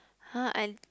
!huh! I